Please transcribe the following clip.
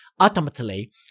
ultimately